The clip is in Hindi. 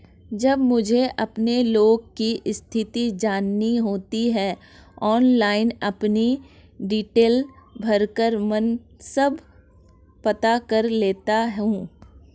जब मुझे अपने लोन की स्थिति जाननी होती है ऑनलाइन अपनी डिटेल भरकर मन सब पता कर लेता हूँ